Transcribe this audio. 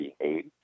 behave